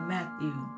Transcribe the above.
Matthew